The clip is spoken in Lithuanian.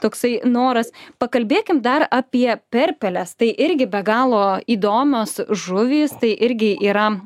toksai noras pakalbėkim dar apie perpeles tai irgi be galo įdomios žuvys tai irgi yra